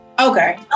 okay